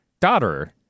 daughter